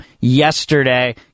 Yesterday